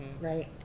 right